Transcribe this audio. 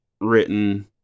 written